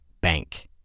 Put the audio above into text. Bank